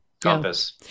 compass